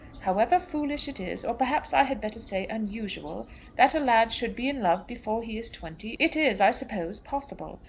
however foolish it is or perhaps i had better say unusual that a lad should be in love before he is twenty, it is, i suppose, possible.